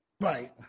Right